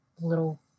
little